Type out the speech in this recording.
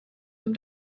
dem